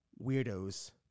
weirdos